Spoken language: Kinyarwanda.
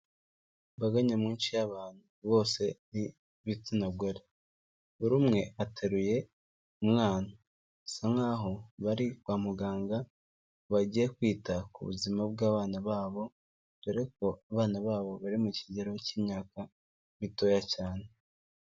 Imbaga nyamwinshi y'abantu bose b'igitsina gore, buri umwe ateruye umwana, bisa nkaho bari kwa muganga bagiye kwita ku buzima bw'abana babo dore ko abana babo bari mu kigero cy'imyaka mitoya cyane.